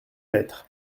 lettre